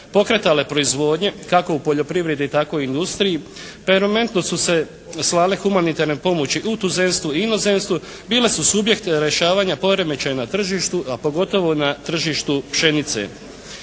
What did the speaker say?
pokretale proizvodnje kako u poljoprivredi tako i u industriji, permanentno su se slale humanitarne pomoći u tuzemstvu i inozemstvu, bile su subjekt rješavanja poremećaja na tržištu, a pogotovo na tržištu pšenice.